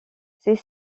c’est